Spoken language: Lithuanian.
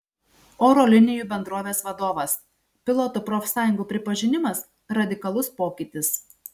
oro linijų bendrovės vadovas pilotų profsąjungų pripažinimas radikalus pokytis